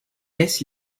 laisse